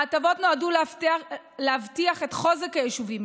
ההטבות נועדו להבטיח את חוזק היישובים,